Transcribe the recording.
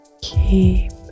Keep